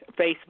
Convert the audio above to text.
Facebook